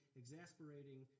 exasperating